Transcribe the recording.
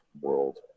world